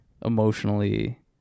emotionally